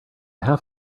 half